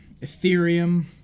Ethereum